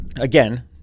again